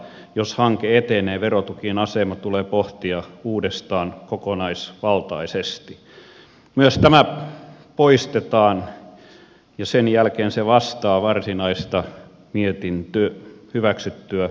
jos hanke etenee verotukien asema tulee pohtia uudestaan kokonaisvaltaisesti myös tämä poistetaan ja sen jälkeen se vastaa varsinaista hyväksyttyä mietintöä